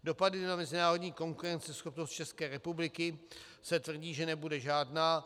Dopady na mezinárodní konkurenceschopnost České republiky se tvrdí, že nebude žádná.